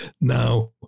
now